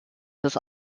des